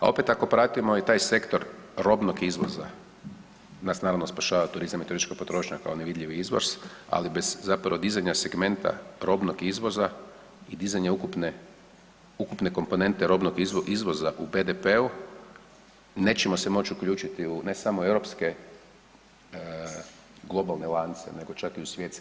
A opet ako pratimo i taj sektor robnog izvoza, nas naravno spašava turizam i turistička potrošnja kao nevidljivi izvoz, ali bez zapravo dizanja segmenta robnog izvoza i dizanja ukupne, ukupne komponente robnog izvoza u BDP-u nećemo se moći uključiti u ne samo europske globalne lance, nego čak i u svjetske.